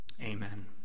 Amen